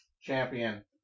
Champion